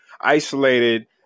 isolated